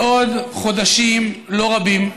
בעוד חודשים לא רבים,